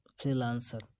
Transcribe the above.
freelancer